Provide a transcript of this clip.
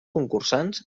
concursants